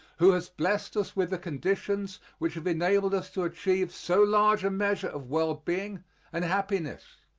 who has blessed us with the conditions which have enabled us to achieve so large a measure of well-being and happiness.